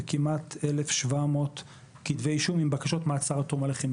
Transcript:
וכמעט 1,700 כתבי אישום עם בקשות מעצר עד תום ההליכים.